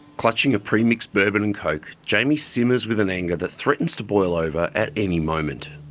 clutching a pre-mixed bourbon and coke, jamie simmers with an anger that threatens to boil over at any moment.